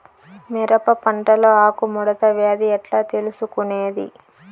మిరప పంటలో ఆకు ముడత వ్యాధి ఎట్లా తెలుసుకొనేది?